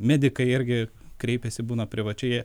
medikai irgi kreipiasi būna privačiai